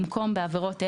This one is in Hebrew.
במקום "בעבירות אלה"